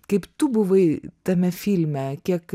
kaip tu buvai tame filme kiek